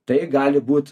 tai gali būt